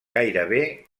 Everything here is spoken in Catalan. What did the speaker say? gairebé